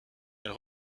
elle